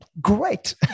Great